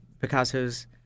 Picasso's